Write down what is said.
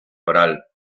coral